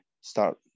start